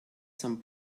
some